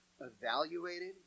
evaluated